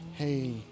Hey